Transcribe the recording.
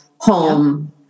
home